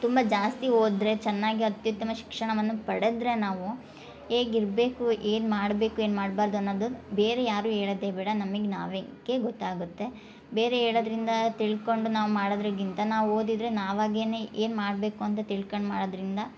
ತುಂಬ ಜಾಸ್ತಿ ಹೋದ್ರೆ ಚೆನ್ನಾಗಿ ಅತ್ಯುತ್ತಮ ಶಿಕ್ಷಣವನ್ನು ಪಡಿದ್ರೆ ನಾವು ಹೇಗಿರ್ಬೇಕು ಏನು ಮಾಡಬೇಕು ಏನು ಮಾಡ್ಬಾರದು ಅನ್ನೋದು ಬೇರೆ ಯಾರು ಹೇಳದೆ ಬೇಡ ನಮಗೆ ನಾವೆ ಕ್ಕೆ ಗೊತ್ತಾಗತ್ತೆ ಬೇರೆ ಹೇಳೋದ್ರಿಂದ ತಿಳ್ಕೊಂಡು ನಾವು ಮಾಡದ್ರಗಿಂತ ನಾವು ಓದಿದ್ರೆ ನಾವಾಗಿನೇ ಏನು ಮಾಡಬೇಕು ಅಂತ ತಿಳ್ಕಂಡು ಮಾಡೋದರಿಂದ